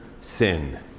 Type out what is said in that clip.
sin